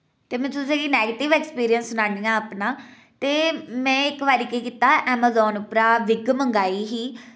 ते में तुसें गी नैगेटिव ऐक्सपीरियंस सनान्नी आं अपना ते में इक बारी केह् कीता ऐमाजान उप्परा बिग मंगाई ही